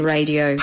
Radio